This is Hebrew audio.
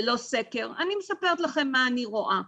זה לא סקר אני מספרת לכם מה אני רואה.